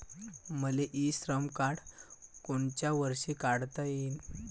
मले इ श्रम कार्ड कोनच्या वर्षी काढता येईन?